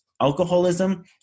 alcoholism